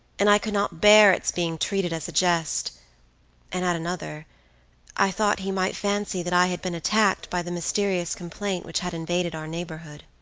and i could not bear its being treated as a jest and at another i thought he might fancy that i had been attacked by the mysterious complaint which had invaded our neighborhood.